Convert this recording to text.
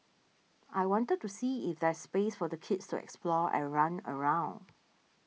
I wanted to see if there's space for the kids to explore and run around